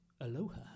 Aloha